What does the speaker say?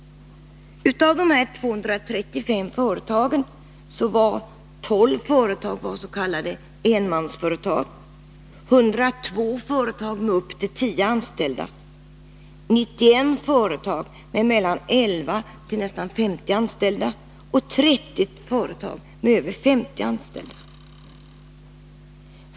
Av de 235 företagen var 12 företag enmansföretag, 102 företag hade upp till 10 anställda, 91 företag hade 11-50 anställda, och 30 företag hade över 50 anställda.